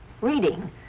Reading